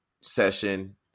session